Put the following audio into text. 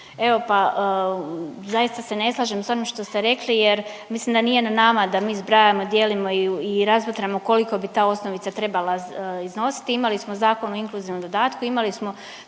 Evo pa zaista ne slažem s onim što ste rekli jer mislim da nije na nama da mi zbrajamo, dijelimo i razmatramo kolika bi ta osnovica trebala iznositi. Imali smo Zakon o inkluzivnom dodatku, imali smo